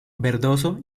verdoso